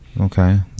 Okay